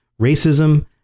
racism